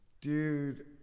Dude